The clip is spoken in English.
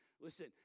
Listen